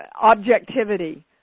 objectivity